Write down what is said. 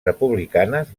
republicanes